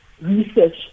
research